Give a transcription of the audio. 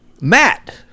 Matt